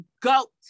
goat